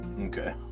okay